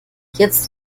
jetzt